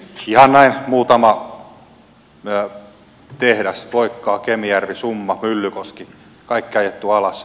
ihan näin muutama tehdas voikkaa kemijärvi summa myllykoski kaikki ajettu alas